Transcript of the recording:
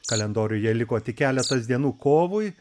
kalendoriuje liko tik keletas dienų kovui